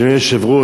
אדוני היושב-ראש,